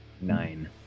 Nine